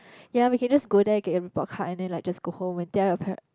ya we can just go there get your report card and then like just go home and tell your parent